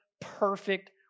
perfect